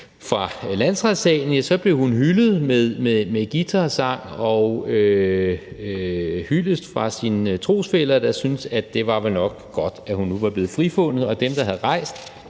fra landsretssalen, blev hun hyldet med guitar og sang fra sine trosfæller, der syntes, at det var vel nok godt, at hun nu var blevet frifundet.